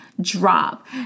drop